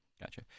Gotcha